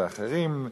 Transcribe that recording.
ואחרים,